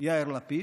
יאיר לפיד,